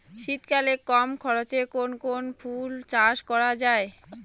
শীতকালে কম খরচে কোন কোন ফুল চাষ করা য়ায়?